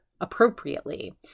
appropriately